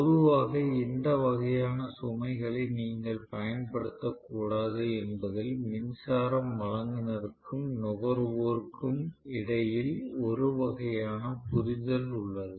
பொதுவாக இந்த வகையான சுமைகளை நீங்கள் பயன்படுத்த கூடாது என்பதில் மின்சாரம் வழங்குநருக்கும் நுகர்வோருக்கும் இடையில் ஒரு வகையான புரிதல் உள்ளது